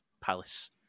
Palace